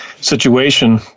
situation